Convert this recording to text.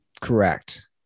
Correct